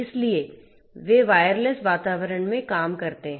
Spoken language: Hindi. इसलिए वे वायरलेस वातावरण में काम करते हैं